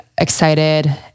excited